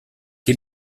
che